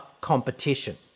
competition